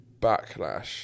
backlash